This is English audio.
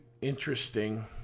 interesting